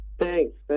Thanks